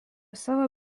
savo